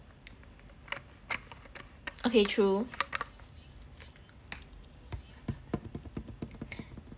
okay true